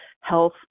health